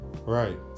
right